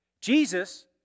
Jesus